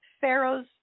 pharaohs